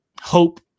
hope